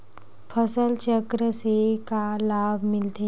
फसल चक्र से का लाभ मिलथे?